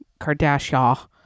Kardashian